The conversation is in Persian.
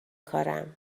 کارم